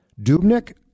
Dubnik